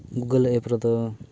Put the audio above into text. Google app ᱨᱮᱫᱚ